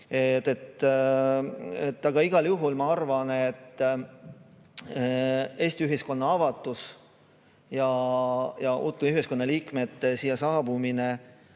Igal juhul ma arvan, et Eesti ühiskonna avatus ja uute ühiskonnaliikmete saabumine